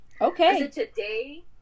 okay